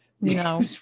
no